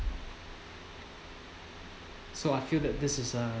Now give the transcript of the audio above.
so I feel that this is uh